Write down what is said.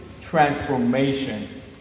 transformation